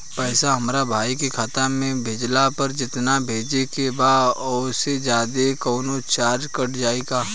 पैसा हमरा भाई के खाता मे भेजला पर जेतना भेजे के बा औसे जादे कौनोचार्ज कट जाई का?